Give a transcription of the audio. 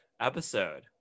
episode